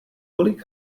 tolik